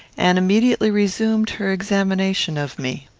and immediately resumed her examination of me.